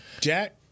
Jack